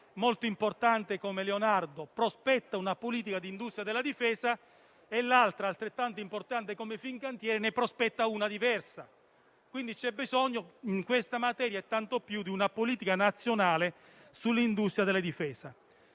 molto importante come Leonardo prospetta una politica di industria della difesa e un'altra altrettanto importante come Fincantieri ne prospetta una diversa. C'è quindi bisogno, tanto più in questa materia, di una politica nazionale sull'industria della difesa.